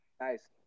Nice